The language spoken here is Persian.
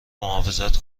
محافظت